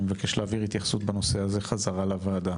אני מבקש להעביר התייחסות בנושא הזה חזרה לוועדה.